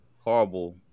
horrible